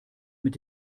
mit